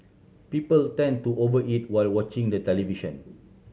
people tend to over eat while watching the television